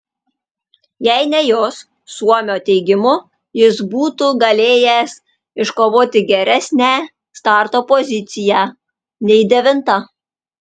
jei ne jos suomio teigimu jis būtų galėjęs iškovoti geresnę starto poziciją nei devinta